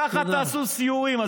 ככה תעשו סיורים.